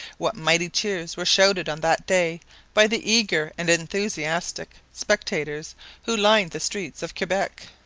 what mighty cheers were shouted on that day by the eager and enthusiastic spectators who lined the streets of quebec!